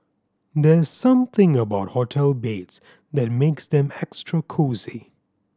there's something about hotel beds that makes them extra cosy